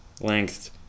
length